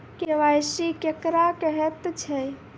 KYC केकरा कहैत छै?